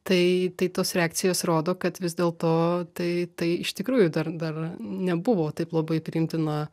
tai tai tos reakcijos rodo kad vis dėlto tai tai iš tikrųjų dar dar nebuvo taip labai priimtina